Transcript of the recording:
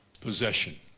possession